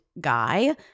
guy